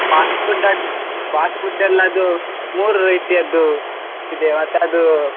fast food fast food ಎಲ್ಲವೂ ಮೂರು ರೀತಿಯದ್ದು ಇದೆ ಮತ್ತು ಅದು